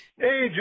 Hey